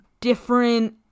different